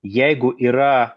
jeigu yra